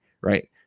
right